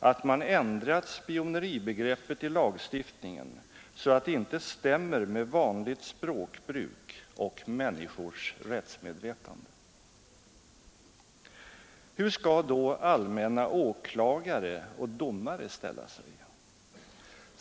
”att man ändrat spioneribegreppet i lagstiftningen så att det inte stämmer med vanligt språkbruk och människors rättsmedvetande”. Hur skall då allmänna åklagare och domare ställa sig?